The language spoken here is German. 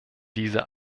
dieser